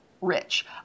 Rich